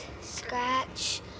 Scratch